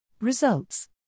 Results